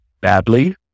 badly